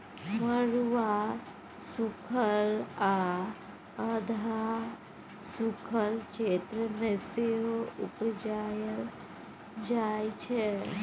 मरुआ सुखल आ अधहा सुखल क्षेत्र मे सेहो उपजाएल जाइ छै